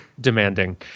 demanding